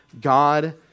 God